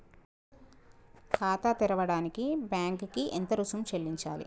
ఖాతా తెరవడానికి బ్యాంక్ కి ఎంత రుసుము చెల్లించాలి?